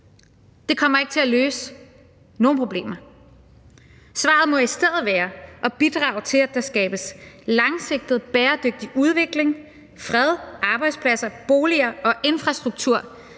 Det kommer ikke til at løse nogen problemer. Svaret må i stedet være at bidrage til, at der skabes langsigtet, bæredygtig udvikling, fred, arbejdspladser, boliger og infrastruktur